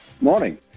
Morning